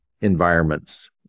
environments